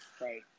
Right